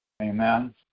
Amen